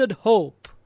hope